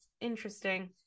Interesting